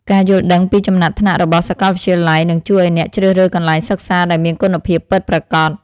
ការយល់ដឹងពីចំណាត់ថ្នាក់របស់សាកលវិទ្យាល័យនឹងជួយឱ្យអ្នកជ្រើសរើសកន្លែងសិក្សាដែលមានគុណភាពពិតប្រាកដ។